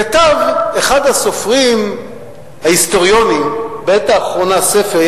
כתב אחד הסופרים ההיסטוריונים בעת האחרונה ספר,